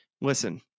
listen